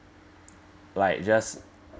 like just